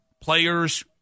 players